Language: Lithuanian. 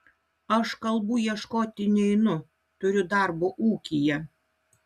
aš kalbų ieškoti neinu turiu darbo ūkyje